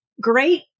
great